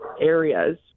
areas